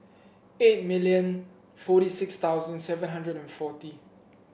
eight million forty six thousand seven hundred and forty